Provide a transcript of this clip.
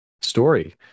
story